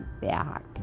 back